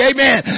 Amen